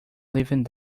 living